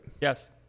Yes